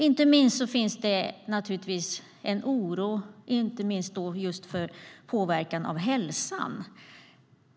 Det finns en oro, inte minst för påverkan på hälsan.